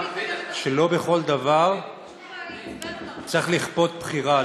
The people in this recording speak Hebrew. שלא בכל דבר צריך לכפות בחירה.